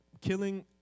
killing